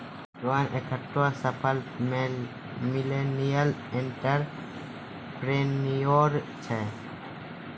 रोहन एकठो सफल millennial entrepreneur छै